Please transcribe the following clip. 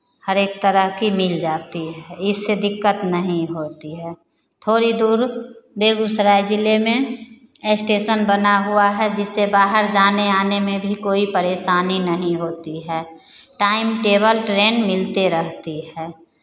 हरेक तरह की मिल जाती है इससे दिक्कत नहीं होती है थोड़ी दूर बेगूसराय जिले में स्टेशन बना हुआ है जिससे बाहर जाने आने में भी कोई परेशानी नहीं होती है टाइम टेबल ट्रेन मिलते रहती है